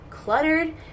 cluttered